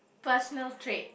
personal trait